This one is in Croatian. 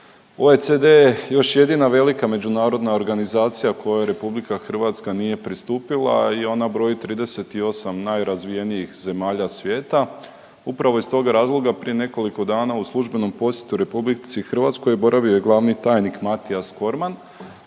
OECD još jedina velika među međunarodna organizacija kojoj RH nije pristupila i ona broji 38 najrazvijenijih zemalja svijeta. Upravo iz toga razloga u službenom posjetu RH boravio je glavni tajnik Mathias Cormann